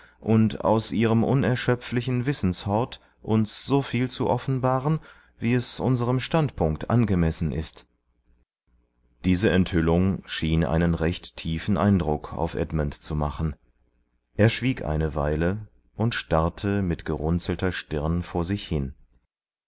und aus ihrem unerschöpflichen wissenshort uns so viel zu offenbaren wie es unserem standpunkt angemessen ist diese enthüllung schien einen recht tiefen eindruck auf edmund zu machen er schwieg eine weile und starrte mit gerunzelter stirn vor sich hin